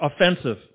offensive